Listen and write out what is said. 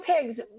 pigs